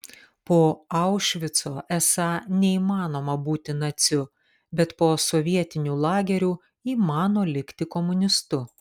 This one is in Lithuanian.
po aušvico esą neįmanoma būti naciu bet po sovietinių lagerių įmano likti komunistu